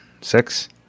six